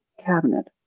cabinet